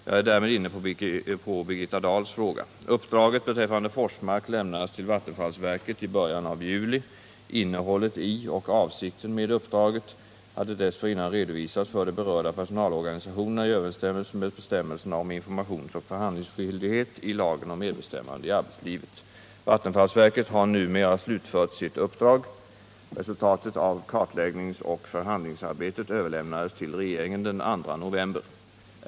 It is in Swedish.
Jag är därmed inne på Birgitta Dahls fråga. Uppdraget beträffande Forsmark lämnades till vattenfallsverket i början av juli. Innehållet i och avsikten med uppdraget hade dessförinnan redovisats för de berörda personalorganisationerna i överensstämmelse med bestämmelserna om informationsoch förhandlingsskyldighet i lagen om medbestämmande i arbetslivet. Vattenfallsverket har numera slutfört sitt uppdrag. Resultatet av kartläggningsoch förhandlingsarbetet överlämnades till regeringen den 2 november.